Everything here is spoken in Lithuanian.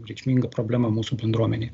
reikšminga problema mūsų bendruomenėj